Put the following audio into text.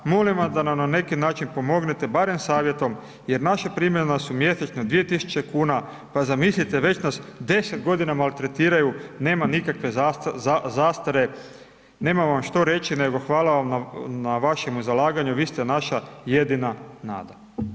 Molim vas da nam na neki način pomognete, barem savjetom jer naša primanja su mjesečno 2 tisuće kuna, pa zamislite već nas 10 godina matretiraju, nema nikakve zastare, nemam vam šta reći nego hvala vam na vašemu zalaganju, vi ste naša jedina nada.